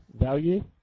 value